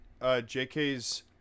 jk's